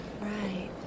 Right